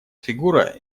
фигура